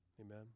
Amen